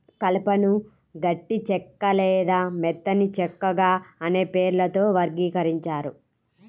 కలపను గట్టి చెక్క లేదా మెత్తని చెక్కగా అనే పేర్లతో వర్గీకరించారు